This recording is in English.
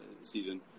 season